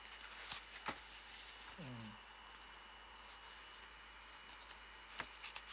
mm